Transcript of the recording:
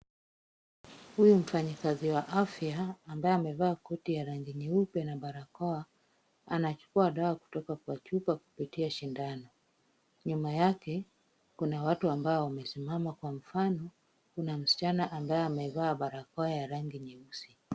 Huyu mfanyikazi wa afya ambaye amevaa koti ya rangi nyeupe na barakoa, anachukua dawa kutoka kwa chupa kupitia sindano. Nyuma yake, kuna watu ambao wamesimama kwa mfano, kuna msichana ambaye amevaa barakoa ya rangi nyeusi.